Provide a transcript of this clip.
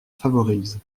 favorise